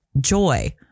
joy